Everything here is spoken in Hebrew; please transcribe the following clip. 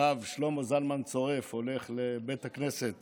הרב שלמה זלמן צורף הולך לבית הכנסת